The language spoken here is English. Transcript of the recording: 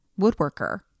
woodworker